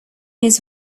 his